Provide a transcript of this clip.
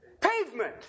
pavement